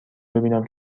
ببینم